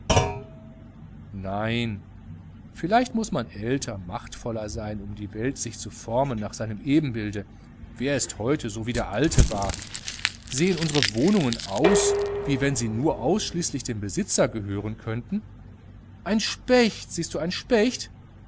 nein vielleicht muß man älter machtvoller sein um die welt um sich zu formen nach seinem ebenbilde wer ist heute sowie der alte war sehen unsere wohnungen aus wie wenn sie nur und ausschließlich dem besitzer gehören könnten ein specht siehst du ein specht